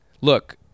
look